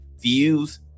views